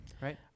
right